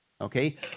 Okay